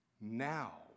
Now